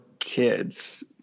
Kids